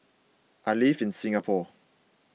I live in Singapore